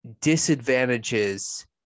disadvantages